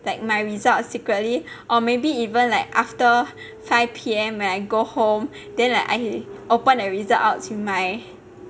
like my results secretly or maybe even like after five P_M when I go home then like I opened the results out with my